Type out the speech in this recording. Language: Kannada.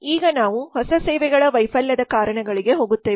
ಈಗ ನಾವು ಹೊಸ ಸೇವೆಗಳ ವೈಫಲ್ಯದ ಕಾರಣಗಳಿಗೆ ಹೋಗುತ್ತೇವೆ